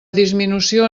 disminució